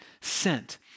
sent